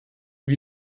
wie